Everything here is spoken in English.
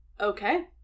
Okay